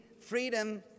freedom